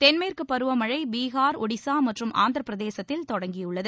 தென்மேற்கு பருவமழை பீகாா் ஒடிசா மற்றும் ஆந்திரப்பிரதேசத்தில் தொடங்கியுள்ளது